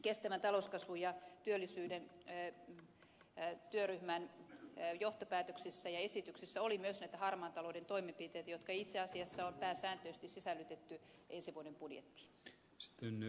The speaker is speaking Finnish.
kestävän talouskasvun ja työllisyyden työryhmän johtopäätöksissä ja esityksessä oli myös näitä harmaan talouden toimenpiteitä jotka itse asiassa on pääsääntöisesti sisällytetty ensi vuoden budjettiin